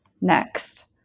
next